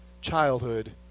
childhood